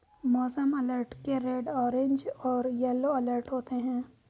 मौसम अलर्ट के red orange और येलो अलर्ट होते हैं